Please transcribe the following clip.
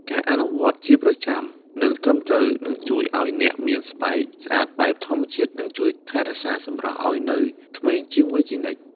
ហើយការអនុវត្តន៍ជាប្រចាំ និងត្រឹមត្រូវ នឹងជួយឱ្យអ្នកមានស្បែកស្អាតបែបធម្មជាតិ និងជួយថែរក្សាសម្រស់ឱ្យនៅក្មេងជាងវ័យជានិច្ច។